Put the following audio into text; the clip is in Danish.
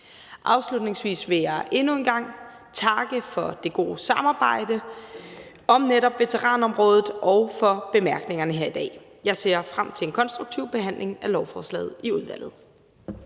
Afslutningsvis vil jeg endnu en gang takke for det gode samarbejde om netop veteranområdet og for bemærkningerne her i dag. Jeg ser frem til en konstruktiv behandling af lovforslaget i udvalget.